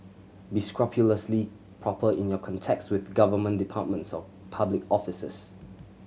be scrupulously proper in your contacts with government departments or public officers